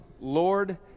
Lord